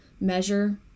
measure